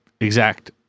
exact